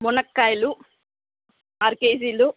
మునక్కాయలు ఆరు కేజీలు